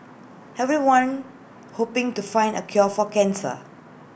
everyone hoping to find A cure for cancer